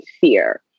fear